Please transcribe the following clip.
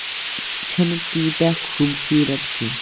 چھنہٕ تیٖتیاہ خوٗبصوٗرت کیٚنہہ